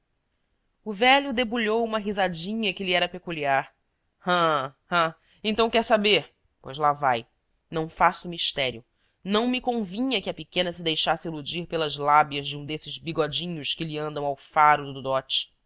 o velho debulhou uma risadinha que lhe era peculiar hã hã então quer saber pois lá vai não faço mistério não me convinha que a pequena se deixasse iludir pelas lábias de um desses bigodinhos que lhe andam ao faro do